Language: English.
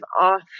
off